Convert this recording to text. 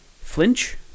Flinch